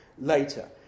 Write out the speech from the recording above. later